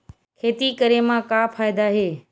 खेती करे म का फ़ायदा हे?